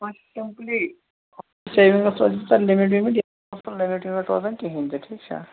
savings روزِ تۄہہِ limit وِمِٹ یَتھ لِمِٹ وِمِٹ روزان کِہیٖنۍ تہِ ٹھیٖک چھا